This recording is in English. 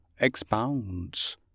expounds